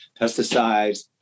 Pesticides